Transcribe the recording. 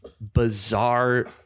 bizarre